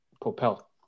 propel